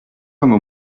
hommes